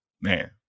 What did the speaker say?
Man